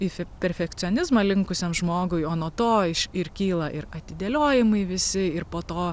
į perfekcionizmą linkusiam žmogui o nuo to iš ir kyla ir atidėliojimai visi ir po to